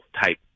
type